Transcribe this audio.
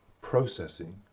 processing